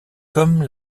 comme